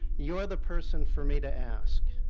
you're the person for me to ask.